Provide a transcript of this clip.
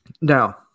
Now